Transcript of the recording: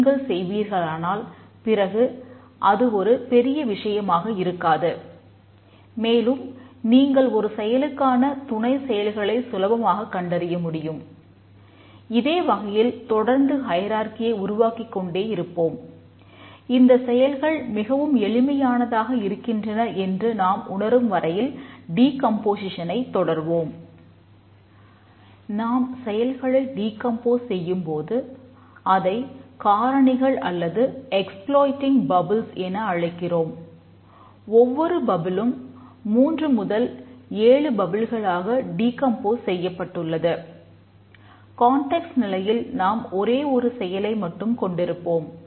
நாம் செயல்களை டீகம்போஸ் நிலையில் நாம் ஒரே ஒரு செயலை மட்டும் கொண்டிருப்போம்